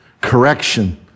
correction